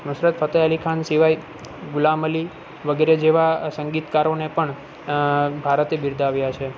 નુસરત ફતેહ અલી ખાન સિવાય ગુલામ અલી વગેરે જેવા સંગીતકારોને પણ ભારતે બિરદાવ્યા છે